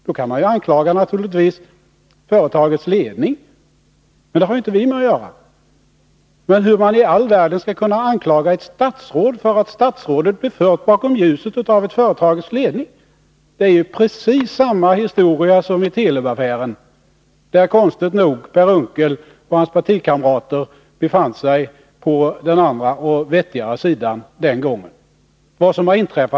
Då kan man naturligtvis anklaga företagets ledning, men det har inte vi med att göra. Men hur i all världen skall man kunna anklaga ett statsråd för att han har blivit förd bakom ljuset av företagets ledning? Det är precis samma historia som i Telubaffären, där konstigt nog Per Unckel och hans partikamrater befann sig på den andra och vettigare sidan.